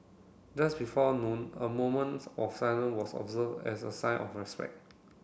just before noon a moments of silence was observed as a sign of respect